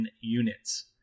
units